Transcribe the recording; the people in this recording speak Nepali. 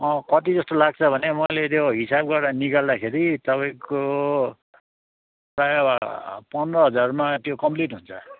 कति जस्तो लाग्छ भने मैले त्यो हिसाब गरेर निकाल्दाखेरि तपाईँको प्रायः पन्ध्र हजारमा त्यो कम्प्लिट हुन्छ